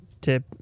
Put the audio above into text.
tip